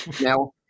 Now